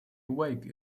awake